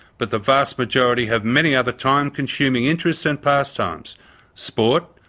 but the vast majority have many other time-consuming interests and pastimes sport,